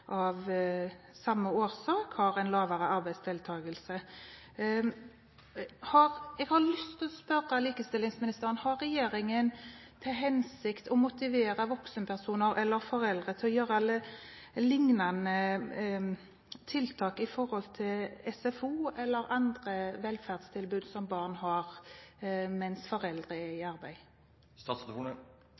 av samme årsak har en lavere arbeidsdeltakelse. Jeg har lyst til å spørre likestillingsministeren: Har regjeringen til hensikt å motivere voksenpersoner eller foreldre til å gjøre lignende tiltak når det gjelder SFO eller andre velferdstilbud som barn har mens foreldre er i